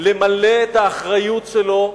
למלא את האחריות שלו,